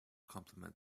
complement